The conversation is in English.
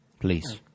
Please